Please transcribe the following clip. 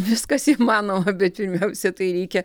viskas įmanoma bet įdomiausia tai reikia